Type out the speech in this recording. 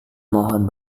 mohon